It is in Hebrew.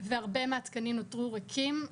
והרבה מהתקנים נותרו ריקים.